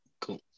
Cool